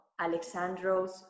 Alexandros